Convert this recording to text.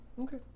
Okay